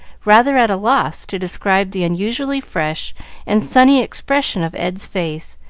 rather at a loss to describe the unusually fresh and sunny expression of ed's face,